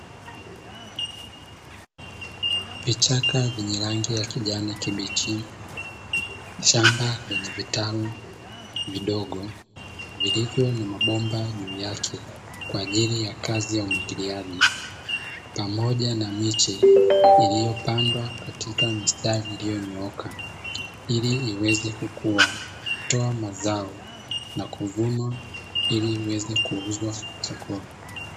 Vichaka vyenye rangi ya kijani kibichi, shamba lenye vitalu vidogo vilivyo na mabomba juu yake kwa ajili ya kazi ya umwagiliaji, pamoja na miche iliyopandwa katika mistari iliyonyooka ili iweze kukua, kutoa mazao, na kuvunwa ili iweze kuuzwa sokoni.